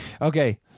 Okay